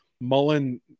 Mullen